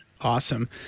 Awesome